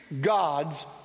God's